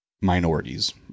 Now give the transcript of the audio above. minorities